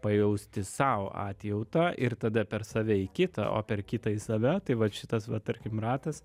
pajausti sau atjautą ir tada per save į kitą o per kitą ir save tai vat šitas va tarkim ratas